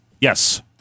Yes